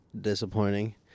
disappointing